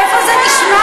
איפה זה נשמע?